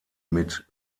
mit